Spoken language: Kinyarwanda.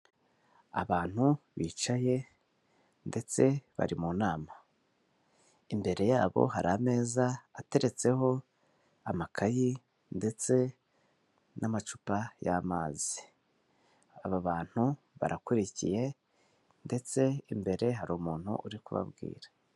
Abantu bicaye ndetse bari mu nama, imbere yabo hari ameza ateretseho amakayi ndetse n'amacupa y'amazi, aba bantu barakurikiye ndetse imbere hari umuntu uri kubabwira.